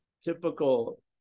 typical